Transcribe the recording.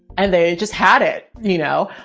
and they just had it, you know,